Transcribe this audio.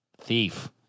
Thief